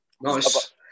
Nice